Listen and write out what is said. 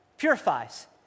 Purifies